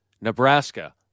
Nebraska